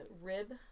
rib